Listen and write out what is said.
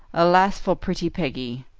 alas for pretty peggy!